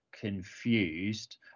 confused